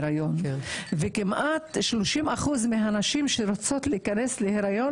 כמעט 30% מהנשים שרוצות להיכנס להריון,